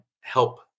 help